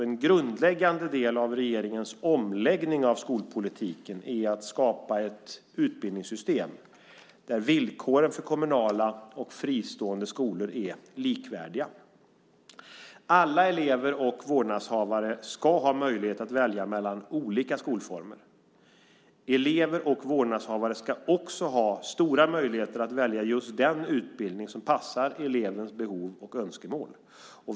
En grundläggande del av regeringens omläggning av skolpolitiken är att skapa ett utbildningssystem där villkoren för kommunala och fristående skolor är likvärdiga. Alla elever och vårdnadshavare ska ha möjlighet att välja mellan olika skolformer. Elever och vårdnadshavare ska också ha stora möjligheter att välja just den utbildning som passar elevens behov och önskemål.